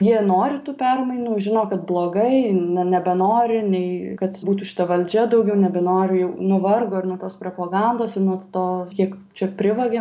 jie nori tų permainų žino kad blogai ne nebenori nei kad būtų šita valdžia daugiau nebenori jau nuvargo ir nuo tos propagandos ir nuo to kiek čia privogė